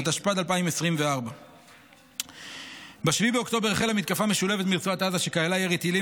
התשפ"ד 2024. ב-7 באוקטובר החלה מתקפה משולבת מרצועת עזה שכללה ירי טילים